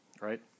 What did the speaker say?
right